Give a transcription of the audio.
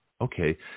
Okay